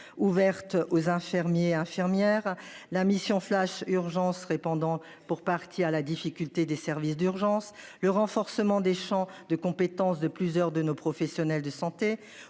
ouvertes aux infirmiers et infirmières. La mission flash urgence répandant pour partie à la difficulté des services d'urgence le renforcement des champs de compétence de plusieurs de nos professionnels de santé